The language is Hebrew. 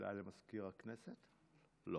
אנחנו